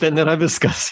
ten yra viskas